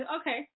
okay